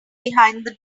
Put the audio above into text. behind